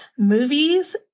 Movies